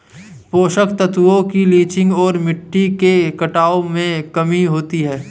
पोषक तत्वों की लीचिंग और मिट्टी के कटाव में कमी होती है